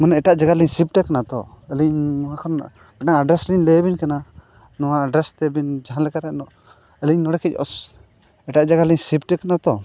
ᱟᱹᱞᱤᱧ ᱮᱴᱟᱜ ᱡᱟᱭᱜᱟ ᱞᱤᱧ ᱥᱤᱯᱷᱴ ᱠᱟᱱᱟ ᱛᱚ ᱟᱹᱞᱤᱧ ᱱᱚᱣᱟ ᱠᱷᱚᱱᱟᱜ ᱚᱱᱟ ᱮᱰᱨᱮᱥ ᱞᱤᱧ ᱞᱟᱹᱭ ᱟᱹᱵᱤᱱ ᱠᱟᱱᱟ ᱱᱚᱣᱟ ᱮᱰᱨᱮᱥ ᱛᱮ ᱟᱹᱵᱤᱱ ᱡᱟᱦᱟᱸ ᱞᱮᱠᱟᱨᱮ ᱟᱹᱞᱤᱧ ᱱᱚᱸᱰᱮ ᱠᱷᱚᱱ ᱮᱴᱟᱜ ᱡᱟᱭᱜᱟ ᱨᱮᱞᱤᱧ ᱥᱤᱯᱷᱴ ᱟᱠᱟᱱᱟ ᱛᱚ